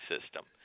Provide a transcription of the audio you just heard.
system